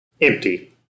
empty